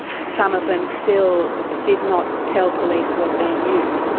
some of them still did not tell police what they knew.